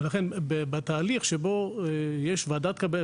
לכן בתהליך שבו יש קבלה,